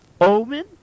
Omen